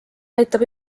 aitab